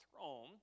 throne